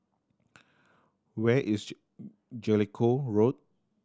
where is Jellicoe Road